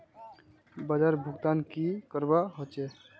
बाजार भुगतान की करवा होचे?